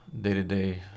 day-to-day